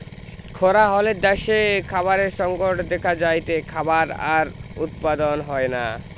খরা হলে দ্যাশে খাবারের সংকট দেখা যায়টে, খাবার আর উৎপাদন হয়না